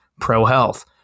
pro-health